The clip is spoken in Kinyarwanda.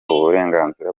uburenganzira